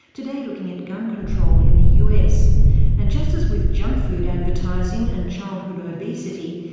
today looking at gun control in the us. and just as with junk food advertising and childhood obesity,